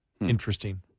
Interesting